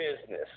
Business